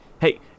hey